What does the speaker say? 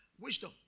wisdom